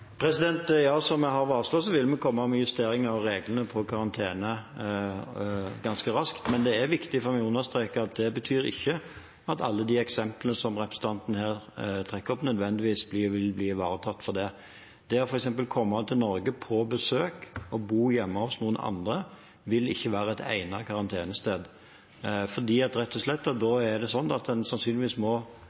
Som vi har varslet, vil vi komme med justeringer av reglene for karantene ganske raskt, men det er viktig for meg å understreke at det ikke betyr at alle de eksemplene som representanten her trekker opp, nødvendigvis blir ivaretatt av dem. Kommer man til Norge på besøk, vil ikke hjemmet til noen andre være et egnet karantenested. Det er rett og slett fordi man da sannsynligvis må dele bad og kjøkken med dem en